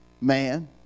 man